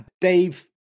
Dave